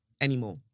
anymore